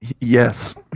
yes